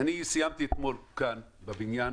סיימתי כאן בבניין